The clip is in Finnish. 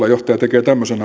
johtaja tekee tämmöisen